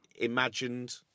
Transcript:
imagined